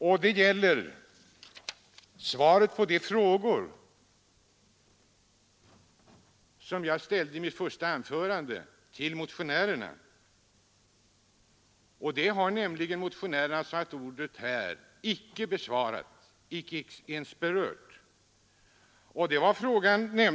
Jag efterlyser svaret på de frågor som jag i mitt första anförande ställde till motionärerna. De frågorna har de motionärer som haft ordet här inte besvarat, inte ens berört.